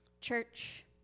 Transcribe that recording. Church